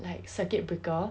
like circuit breaker